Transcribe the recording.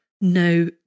no